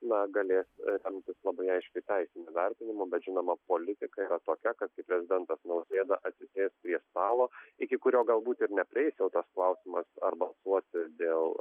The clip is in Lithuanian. na galės remtis labai aiškiu teisiniu vertinimu bet žinoma politika yra tokia kad kai prezidentas nausėda atsisės prie stalo iki kurio galbūt ir neprieis jau tas klausimas ar balsuoti dėl